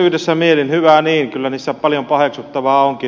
yhdessä mielin hyvä niin kyllä niissä paljon paheksuttavaa onkin